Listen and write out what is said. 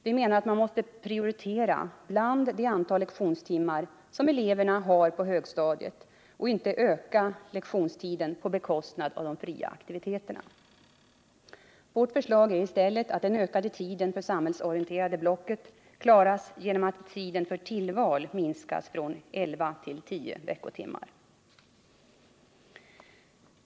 Vi menar att man måste prioritera bland det antal lektionstimmar som eleverna nu har på högstadiet och inte öka lektionstiden på bekostnad av de fria aktiviteterna. Vårt förslag är att den ökade tiden för det samhällsorienterande blocket klaras genom att tiden för tillval minskas från elva till tio veckotimmar.